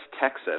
Texas